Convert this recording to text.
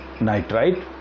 nitrite